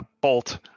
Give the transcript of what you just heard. bolt